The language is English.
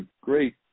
great